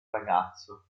ragazzo